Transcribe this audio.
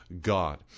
God